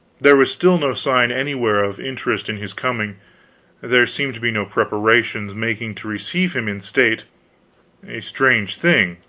there was still no sign anywhere of interest in his coming there seemed to be no preparations making to receive him in state a strange thing,